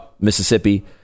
mississippi